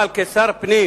אבל כשר הפנים